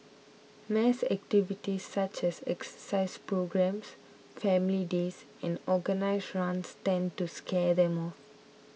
mass activities such as exercise programmes family days and organised runs tend to scare them off